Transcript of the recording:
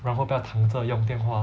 然后不要躺着用电话